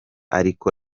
ariko